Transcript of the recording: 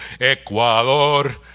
Ecuador